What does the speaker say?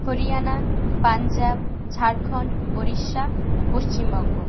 Haryana Punjab Jharkhand Orissa Paschimbanga